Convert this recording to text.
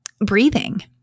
Breathing